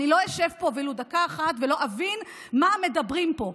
אני לא אשב פה ולו דקה אחת בלי שאבין מה מדברים פה.